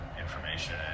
information